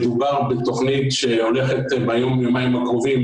מדובר בתוכנית שהולכת ביום-יומיים הקרובים